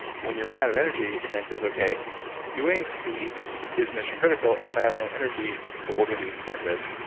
when you run out of energy, the brain says, okay doing sleep is mission critical, and if i have no energy, the organisms at risk,